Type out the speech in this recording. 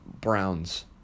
Browns